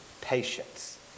patience